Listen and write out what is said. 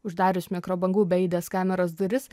uždarius mikrobangų beaidės kameros duris